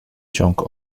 ciąg